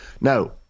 Now